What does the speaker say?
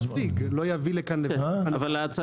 לא, אמרתי